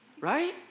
right